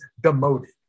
demoted